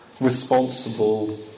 responsible